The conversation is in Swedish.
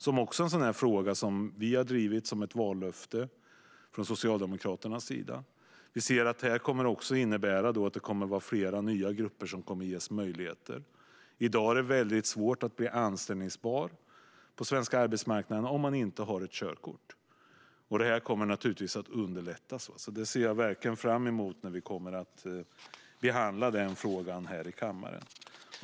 Det är också en fråga som vi från Socialdemokraterna har drivit som ett vallöfte. Det kommer då att vara fler nya grupper som ges möjlighet att ta körkort. I dag är det väldigt svårt att bli anställbar på den svenska arbetsmarknaden om man inte har ett körkort, men det kommer man att underlätta. Jag ser verkligen fram emot att behandla den frågan här i kammaren.